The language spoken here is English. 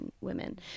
women